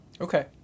Okay